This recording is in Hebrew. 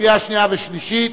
קריאה שנייה וקריאה שלישית.